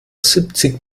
siebzig